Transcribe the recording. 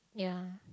yeah